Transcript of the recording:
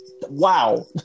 Wow